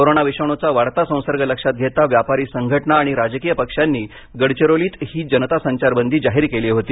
corona विषाणूचा वाढता संसर्ग लक्षात घेता व्यापारी संघटना आणि राजकीय पक्षांनी गडचिरोलीत ही जनता संचारबंदी जाहीर केली होती